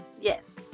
yes